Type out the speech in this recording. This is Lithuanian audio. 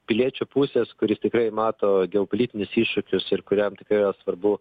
piliečio pusės kuris tikrai mato geopolitinius iššūkius ir kuriam tikrai yra svarbu